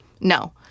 No